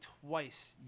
twice